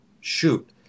shoot